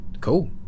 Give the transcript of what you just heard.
cool